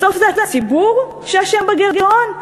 בסוף זה הציבור שאשם בגירעון?